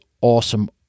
awesome